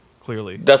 clearly